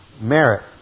merit